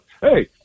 hey